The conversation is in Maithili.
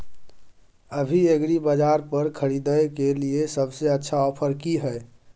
अभी एग्रीबाजार पर खरीदय के लिये सबसे अच्छा ऑफर की हय?